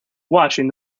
watching